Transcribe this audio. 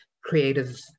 creative